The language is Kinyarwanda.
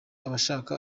abashaka